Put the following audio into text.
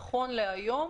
נכון להיום,